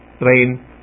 rain